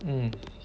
mm